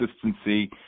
consistency